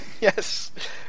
Yes